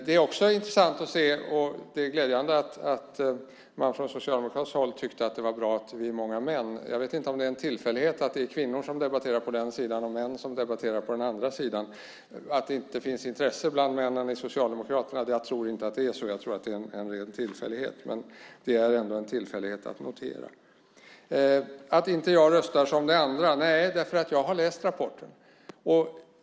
Det är också intressant och glädjande att man från socialdemokratiskt håll tyckte att det är bra att vi är många män. Jag vet inte om det är en tillfällighet att det är kvinnor som debatterar på den socialdemokratiska sidan och män som debatterar på den borgerliga sidan. Jag tror inte att det är så att det inte finns något intresse för detta bland männen i Socialdemokraterna. Jag tror att det är en ren tillfällighet. Men det är ändå en tillfällighet att notera. Jag röstar inte som de andra. Nej, därför att jag har läst rapporten.